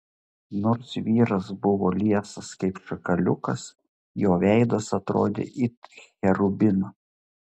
nors vyras buvo liesas kaip šakaliukas jo veidas atrodė it cherubino